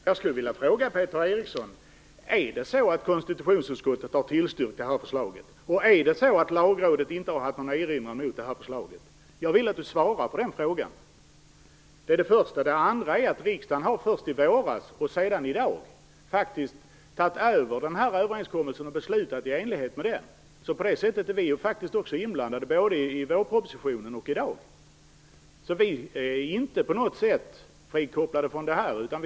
Fru talman! Jag skulle vilja ställa en fråga till Peter Eriksson. Är det så att konstitutionsutskottet har tillstyrkt detta förslag? Är det så att Lagrådet inte har haft någon erinran mot detta förslag? Jag vill att Peter Eriksson svarar på dessa frågor. Riksdagen tog först i våras och sedan i dag över den här överenskommelsen och fattat beslut i enlighet med den. På det sättet är vi faktiskt inblandade både i vårpropositionen och i dag. Vi är därför inte på något sätt frikopplade från detta.